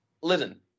Listen